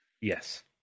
Yes